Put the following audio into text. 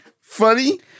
funny